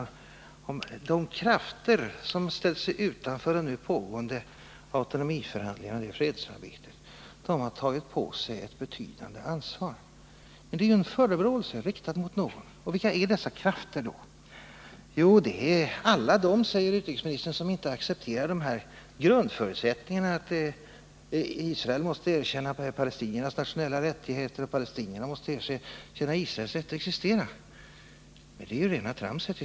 När utrikesministern säger att de krafter som har ställt sig utanför nu pågående autonomiförhandlingar och fredsarbete har tagit på sig ett betydande ansvar så är det en förebråelse riktad mot någon. Vilka är då dessa krafter? Jo, det är, säger utrikesministern, alla de som inte accepterar grundförutsättningarna att Israel måste erkänna palestiniernas nationella rättigheter och palestinierna erkänna Israels rätt att existera. Det är i så fall rena tramset.